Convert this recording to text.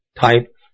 type